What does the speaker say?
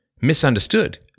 misunderstood